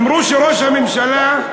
אמרו שראש הממשלה,